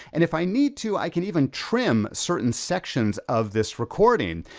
and if i need to, i can even trim certain sections of this recording.